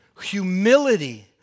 humility